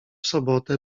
sobotę